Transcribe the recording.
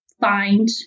Find